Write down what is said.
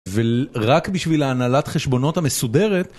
ורק בשביל ההנהלת חשבונות המסודרת...